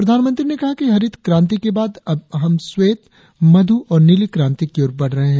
प्रधानमंत्री ने कहा कि हरित क्रांति के बाद अब हम स्वेत मधु और नीली क्रांति की ओर बढ़ रहे हैं